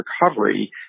recovery